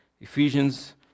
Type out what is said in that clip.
Ephesians